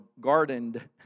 gardened